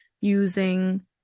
using